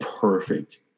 perfect